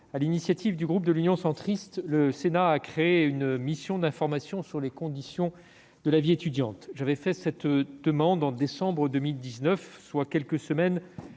l'initiative du groupe Union Centriste, le Sénat a créé une mission d'information sur les conditions de la vie étudiante. J'avais formulé cette demande au mois de décembre 2019, soit quelques semaines